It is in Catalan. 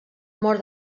mort